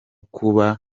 kuba